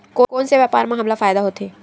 कोन से व्यापार म हमला फ़ायदा होथे?